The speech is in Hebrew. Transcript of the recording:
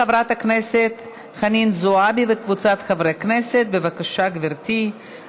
לפרוטוקול, חברת הכנסת עאידה תומא סלימאן מתנגדת.